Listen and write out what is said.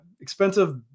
expensive